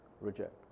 reject